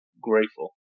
grateful